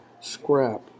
Scrap